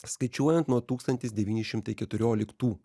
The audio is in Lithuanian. skaičiuojant nuo tūkstantis devyni šimtai keturioliktų